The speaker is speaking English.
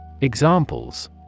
Examples